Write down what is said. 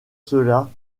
cela